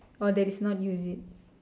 or that is not you is it